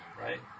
Right